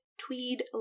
tweed